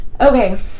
Okay